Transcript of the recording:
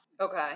Okay